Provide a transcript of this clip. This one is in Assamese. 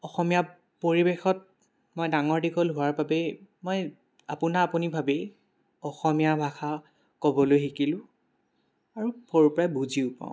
অসমীয়া পৰিৱেশত মই ডাঙৰ দীঘল হোৱাৰ বাবেই মই আপুনা আপুনিভাৱেই অসমীয়া ভাষা ক'বলৈ শিকিলোঁ আৰু সৰুৰ পৰাই বুজিও পাওঁ